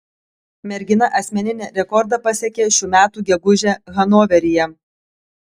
mergina asmeninį rekordą pasiekė šių metų gegužę hanoveryje